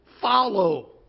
follow